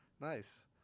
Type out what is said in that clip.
Nice